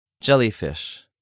Jellyfish